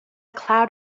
cloud